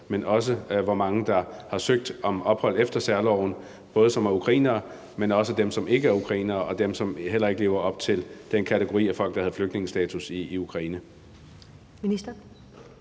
men også hvor mange der har søgt om ophold efter særloven, både dem, som er ukrainere, men også dem, som ikke er ukrainere, og dem, som heller ikke lever op til den kategori af folk, der havde flygtningestatus i Ukraine.